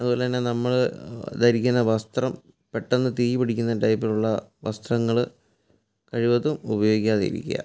അതുപോലെ തന്നെ നമ്മൾ ധരിക്കുന്ന വസ്ത്രം പെട്ടെന്നു തീ പിടിക്കുന്ന ടൈപ്പിലുള്ള വസ്ത്രങ്ങൾ കഴിവതും ഉപയോഗിക്കാതിരിക്കുക